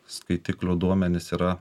skaitiklių duomenys yra